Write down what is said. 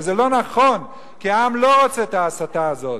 וזה לא נכון, כי העם לא רוצה את ההסתה הזאת.